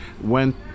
went